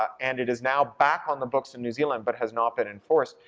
and it is now back on the books in new zealand but has not been enforced.